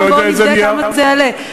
בוא ונבדוק כמה זה יעלה.